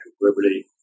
Liberty